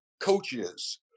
coaches